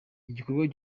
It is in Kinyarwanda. igikorwa